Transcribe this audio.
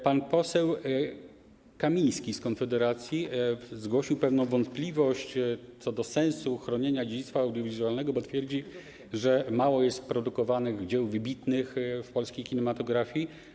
Pan poseł Kamiński z Konfederacji zgłosił pewną wątpliwość co do sensu chronienia dziedzictwa audiowizualnego, bo twierdzi, że mało jest produkowanych dzieł wybitnych w polskiej kinematografii.